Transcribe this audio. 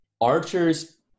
Archers